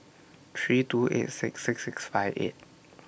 three two eight six six six five eight